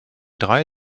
drei